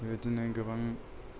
बेबादिनो गोबां